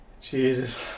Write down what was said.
Jesus